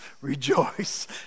rejoice